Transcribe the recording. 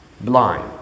Blind